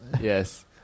Yes